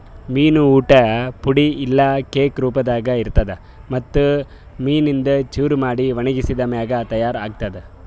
ಮೀನು ಊಟ್ ಪುಡಿ ಇಲ್ಲಾ ಕೇಕ್ ರೂಪದಾಗ್ ಇರ್ತುದ್ ಮತ್ತ್ ಮೀನಿಂದು ಚೂರ ಮಾಡಿ ಒಣಗಿಸಿದ್ ಮ್ಯಾಗ ತೈಯಾರ್ ಆತ್ತುದ್